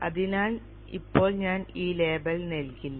അതിനാൽ ഇപ്പോൾ ഞാൻ ഈ ലേബൽ നൽകില്ല